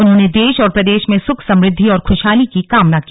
उन्होंने देश और प्रदेश में सुख समृद्धि और खुशहाली की कामना की